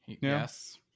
Yes